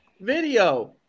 video